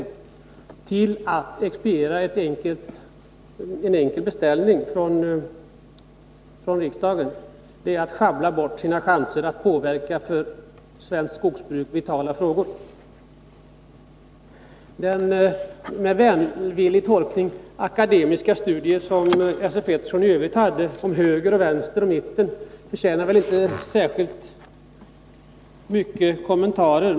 I stället expedierar man en enkel beställning från riksdagen. Det är att sjabbla bort sina chanser att påverka frågor som är vitala för svenskt skogsbruk. Den akademiska studie — välvilligt uttryckt — som Esse Petersson framförde om höger och vänster och mitten förtjänar väl inte någon ingående kommentar.